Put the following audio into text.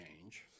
change